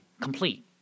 complete